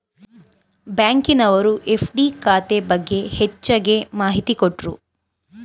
ಬ್ಯಾಂಕಿನವರು ಎಫ್.ಡಿ ಖಾತೆ ಬಗ್ಗೆ ಹೆಚ್ಚಗೆ ಮಾಹಿತಿ ಕೊಟ್ರು